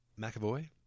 McAvoy